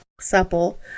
supple